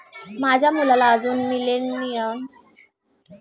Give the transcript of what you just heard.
माझ्या मुलाला अजून मिलेनियल एंटरप्रेन्युअरशिप विषयी काहीही माहित नाही